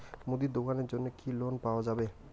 মুদি দোকানের জন্যে কি লোন পাওয়া যাবে?